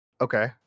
Okay